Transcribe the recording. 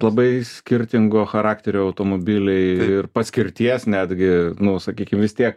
labai skirtingo charakterio automobiliai ir paskirties netgi nu sakykim vis tiek